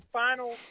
final